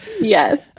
Yes